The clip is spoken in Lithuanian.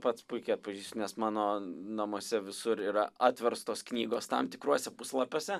pats puikiai atpažįstu nes mano namuose visur yra atverstos knygos tam tikruose puslapiuose